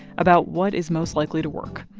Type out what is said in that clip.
about what is most likely to work.